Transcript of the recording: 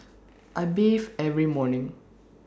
I bathe every morning